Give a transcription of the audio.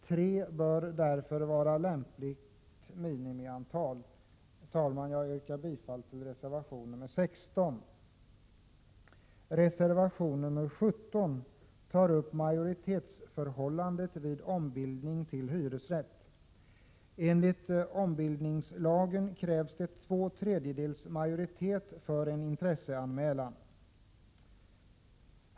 Tre bör därför vara lämpligt minimiantal. Jag yrkar bifall till reservation 16. Reservation 17 tar upp majoritetsförhållandet vid ombildning av hyresrätt. Enligt ombildningslagen krävs två tredjedelars majoritet för en intresseanmälan.